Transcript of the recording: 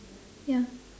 ya